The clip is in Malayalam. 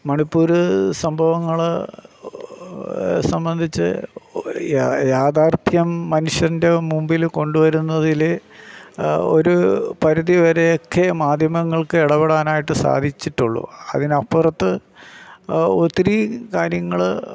മണിപ്പൂർ സംഭവങ്ങൾ സംബന്ധിച്ച് യാഥാർഥ്യം മനുഷ്യൻ്റെ മുമ്പിൽ കൊണ്ടു വരുന്നതില് ഒരു പരിധി വരെയൊക്കെ മാധ്യമങ്ങൾക്ക് ഇടപെടാനായിട്ട് സാധിച്ചിട്ടുള്ളു അതിന് അപ്പുറത്ത് ഒത്തിരി കാര്യങ്ങൾ